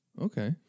okay